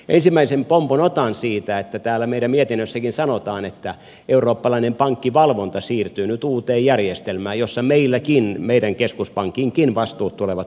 ensimmäisen pompun otan siitä että täällä meidän mietinnössäkin sanotaan että eurooppalainen pankkivalvonta siirtyy nyt uuteen järjestelmään jossa meidän keskuspankinkin vastuut tulevat lisääntymään